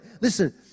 Listen